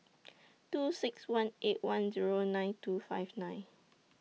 two six one eight one Zero nine two five nine